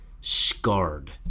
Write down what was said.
scarred